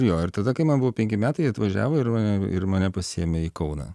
jo ir tada kai man buvo penki metai jie atvažiavo ir mane ir mane pasiėmė į kauną